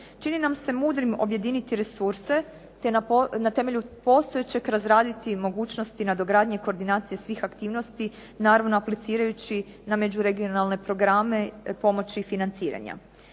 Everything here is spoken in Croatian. Čini nam se mudrim objediniti resurse, te na temelju postojećeg razraditi mogućnosti nadogradnje i koordinacije svih aktivnosti naravno aplicirajući na međuregionalne programe pomoći financiranja.